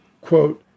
quote